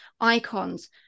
icons